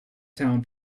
town